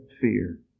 fear